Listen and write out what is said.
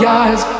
eyes